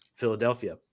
philadelphia